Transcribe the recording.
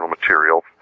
material